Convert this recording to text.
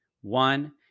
One